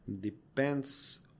Depends